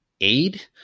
aid